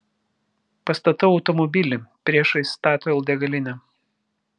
pastatau automobilį priešais statoil degalinę